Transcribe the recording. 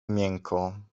miękko